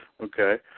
Okay